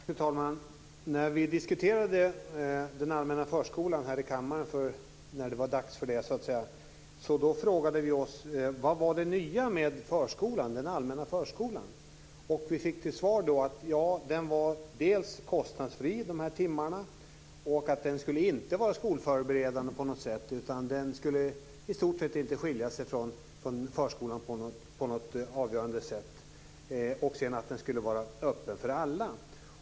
Fru talman! När vi diskuterade den allmänna förskolan här i kammaren frågade vi oss: Vad var det nya med den allmänna förskolan? Vi fick till svar att den var kostnadsfri, alltså de här timmarna. Den skulle inte vara skolförberedande på något sätt. Den skulle i stort sett inte skilja sig från förskolan på något avgörande sätt. Sedan skulle den vara öppen för alla.